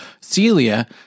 Celia